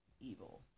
evil